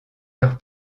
leur